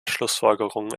schlussfolgerungen